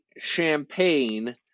champagne